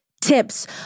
tips